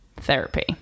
therapy